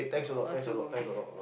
what's your birthday